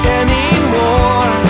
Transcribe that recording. anymore